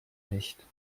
nicht